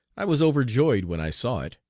i was overjoyed when i saw it.